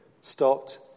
stopped